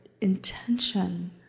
intention